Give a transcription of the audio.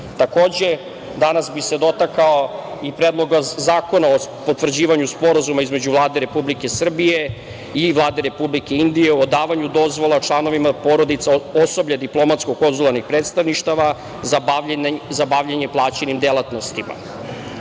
danas bih se dotakao i Predlogu zakona o potvrđivanju sporazume između Vlade Republike Srbije i Vlade Republike Indije o davanju dozvola članova porodica osoblja diplomatsko konzularnih predstavništava za bavljenje plaćenim delatnostima. Ovaj